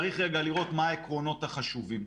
צריך רגע לראות מה העקרונות החשובים.